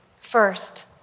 First